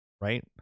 right